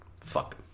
fuck